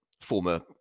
former